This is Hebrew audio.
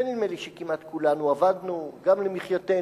ונדמה לי שכמעט כולנו עבדנו גם למחייתנו,